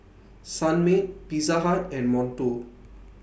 Sunmaid Pizza Hut and Monto